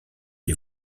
les